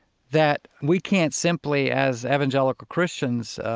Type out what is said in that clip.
that we can't simply, as evangelical christians,